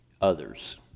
others